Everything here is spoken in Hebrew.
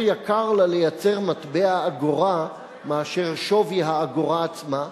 יקר לה לייצר מטבע אגורה מאשר שווי האגורה עצמה,